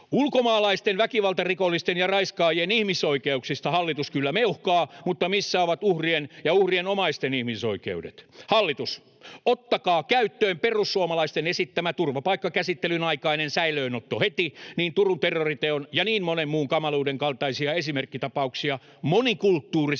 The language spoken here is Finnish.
Ulkomaalaisten väkivaltarikollisten ja raiskaajien ihmisoikeuksista hallitus kyllä meuhkaa, mutta missä ovat uhrien ja uhrien omaisten ihmisoikeudet? Hallitus, ottakaa käyttöön perussuomalaisten esittämä turvapaikkakäsittelyn aikainen säilöönotto heti, ja Turun terroriteon ja niin monen muun kamaluuden kaltaisia esimerkkitapauksia monikulttuurisesta